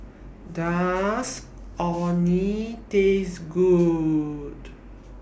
Does Orh Nee Taste Good